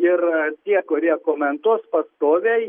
ir tie kurie komentuos pastoviai